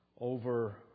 over